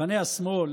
מחנה השמאל